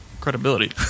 credibility